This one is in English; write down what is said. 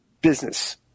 business